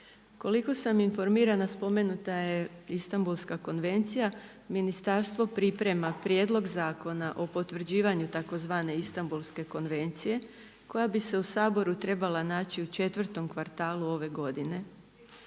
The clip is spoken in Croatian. Koliko sam informirana spomenuta je Istambulska konvencija. Ministarstvo priprema prijedlog Zakona o potvrđivanju tzv. Istambulske konvencije koja bi se u Saboru trebala naći u 4.-tom kvartalu ove godine.